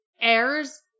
heirs